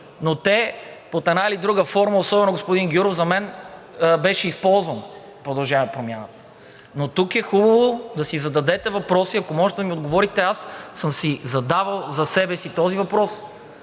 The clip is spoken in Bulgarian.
но те под една или друга форма, особено господин Гюров за мен беше използван от „Продължаваме Промяната“. Тук е хубаво да си зададете въпроси и ако можете, да ми отговорите. Аз съм си задал за себе си този въпрос: